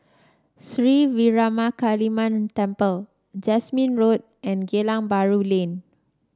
Sri Veeramakaliamman Temple Jasmine Road and Geylang Bahru Lane